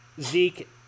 Zeke